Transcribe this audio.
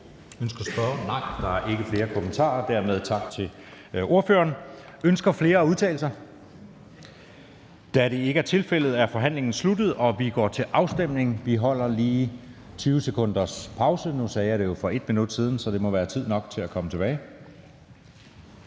Ønsker spørgeren ordet? Nej. Så er der ikke flere korte bemærkninger og dermed tak til ordføreren. Ønsker flere at udtale sig? Da det ikke er tilfældet, er forhandlingen sluttet, og vi går til afstemning. Vi holder lige 20 sekunders pause. Nu sagde jeg det jo for et minut siden, så det må være tid nok til at komme tilbage